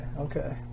okay